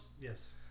yes